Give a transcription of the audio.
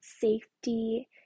Safety